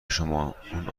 شما، اون